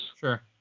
Sure